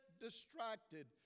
distracted